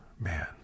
man